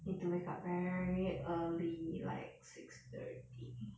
need to wake up very early like six thirty